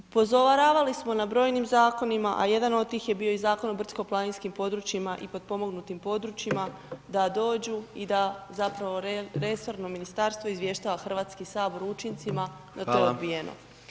Upozoravali smo na brojnim zakona a jedan od tih je bio i Zakon o brdsko-planinskim područjima i potpomognutim područjima da dođu i da zapravo resorno ministarstvo izvještava Hrvatski sabor o učincima da je to odbijeno.